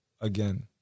again